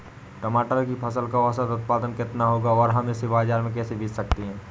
टमाटर की फसल का औसत उत्पादन कितना होगा और हम इसे बाजार में कैसे बेच सकते हैं?